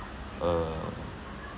uh